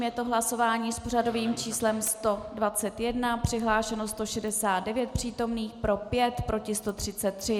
Je to hlasování s pořadovým číslem 121, přihlášeno 169 přítomných, pro 5, proti 133.